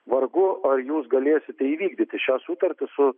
vargu ar jūs galėsite įvykdyti šią sutartį su